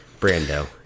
Brando